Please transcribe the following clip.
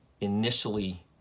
Initially